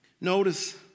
Notice